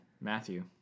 Matthew